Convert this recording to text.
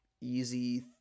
easy